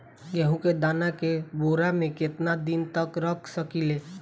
गेहूं के दाना के बोरा में केतना दिन तक रख सकिले?